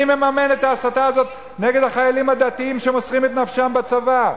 מי מממן את ההסתה הזאת נגד החיילים הדתיים שמוסרים את נפשם בצבא?